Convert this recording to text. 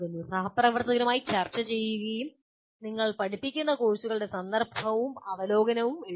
സഹപ്രവർത്തകരുമായി ചർച്ച ചെയ്യുകയും നിങ്ങൾ പഠിപ്പിക്കുന്ന കോഴ്സുകളുടെ സന്ദർഭവും അവലോകനവും എഴുതുക